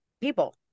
people